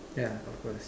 yeah of course